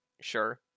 Sure